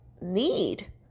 need